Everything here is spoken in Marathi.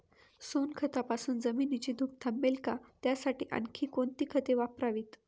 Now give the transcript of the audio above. सोनखतापासून जमिनीची धूप थांबेल का? त्यासाठी आणखी कोणती खते वापरावीत?